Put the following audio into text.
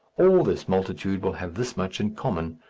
all this multitude will have this much in common,